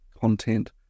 content